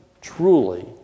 truly